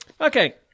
okay